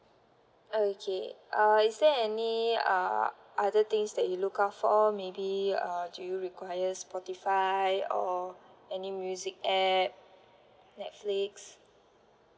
okay uh is there any uh other things that you look out for maybe uh do you require Spotify or any music app Netflix